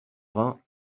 vingt